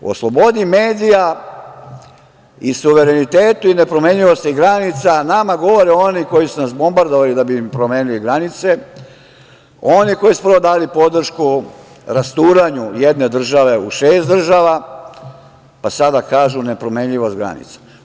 O slobodi medija i suverenitetu i nepromenjivosti granica nama govore oni koji su nas bombardovali da bi nam promenili granice, oni koji su dali podršku rasturanju jedne države u šest država, pa sada kažu – nepromenjivost granica.